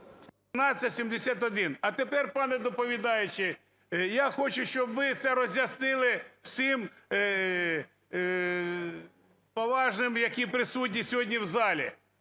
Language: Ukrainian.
А тепер, пане доповідаючий, я хочу, щоб ви це роз'яснили всім поважним, які присутні сьогодні в залі.